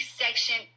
section